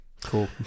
Cool